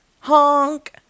Honk